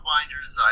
Binders